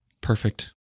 perfect